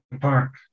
Park